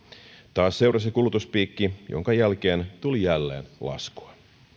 taas seurasi kulutuspiikki jonka jälkeen tuli jälleen laskua